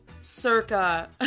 circa